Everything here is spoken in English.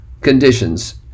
conditions